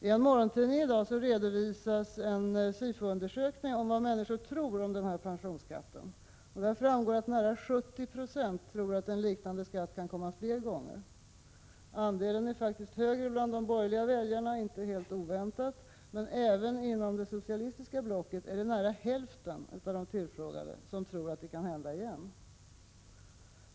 I en morgontidning i dag redovisas en Sifo-undersökning om vad människor tror om denna pensionsskatt. Nära 70 96 tror att en liknande skatt kan komma fler gånger. Andelen är högre bland borgerliga väljare, inte helt oväntat, men även inom det socialistiska blocket är det nära hälften av de tillfrågade som tror att det kan hända igen.